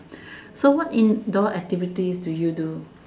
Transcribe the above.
so what indoor activities do you do